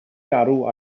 garw